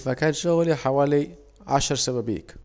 في مكان شغلي حوالي عشر شبابيك